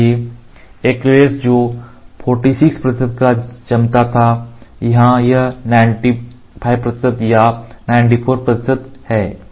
इसलिए Acrylates जो 46 प्रतिशत का जमता था यहाँ यह 95 प्रतिशत या 94 प्रतिशत है